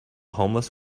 homeless